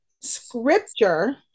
scripture